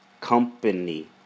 company